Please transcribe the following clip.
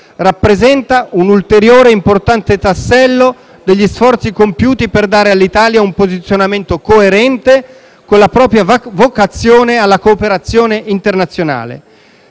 rappresenta un ulteriore importante tassello negli sforzi compiuti per dare all'Italia un posizionamento coerente con la propria vocazione alla cooperazione internazionale.